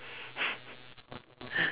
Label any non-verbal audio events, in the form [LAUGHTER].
[LAUGHS]